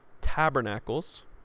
tabernacles